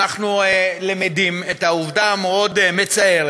אנחנו למדים את העובדה המאוד-מצערת,